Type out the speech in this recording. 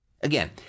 Again